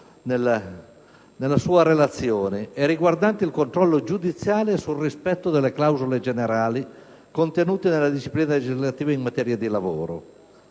nella sua relazione e riguardante il controllo giudiziale sul rispetto delle clausole generali contenute nella disciplina legislativa in materia di lavoro